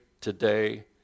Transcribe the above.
today